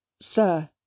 Sir